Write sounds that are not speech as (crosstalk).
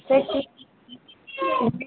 फिर ठीक (unintelligible)